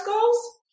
goals